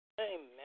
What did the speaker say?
Amen